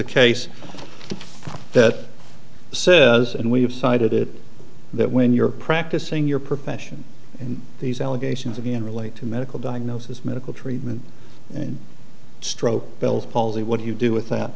a case that says and we've cited it that when you're practicing your profession and these allegations of even relate to medical diagnosis medical treatment and stroke bill's policy what do you do with that